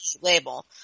label